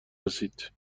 رسید